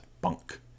bunk